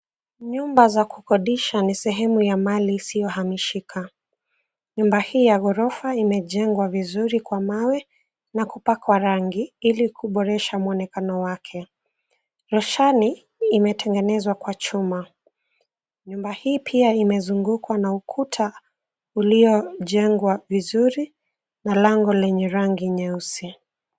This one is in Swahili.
Nyumba za kukodisha ni sehemu ya mali isiyohamishika. Nyumba hii ya ghorofa imejengwa vizuri kwa mawe na kupakwa rangi ilikuboresha mwonekano wake. Roshani imetengenezwa kwa chuma. Nyumba hii pia imezungukwa na ukuta uliojengwa vizuri na lango lenye rangi nyeusi.